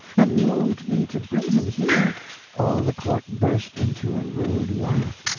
and moved me to bring him here all the court burst into a rude laugh,